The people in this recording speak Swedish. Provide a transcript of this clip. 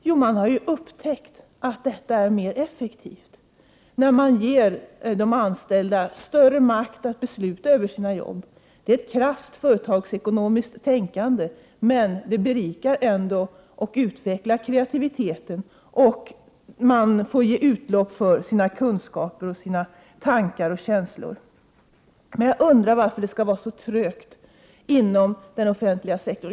Jo, man har upptäckt att arbetet blir mer effektivt om man ger de anställda större möjligheter att besluta över sina jobb. Det är ett krasst företagsekonomiskt tänkande, men det berikar och utvecklar ändå kreativiteten och människor får ge utlopp för sina kunskaper, tankar och känslor. Men varför skall det vara så trögt inom den offentliga sektorn?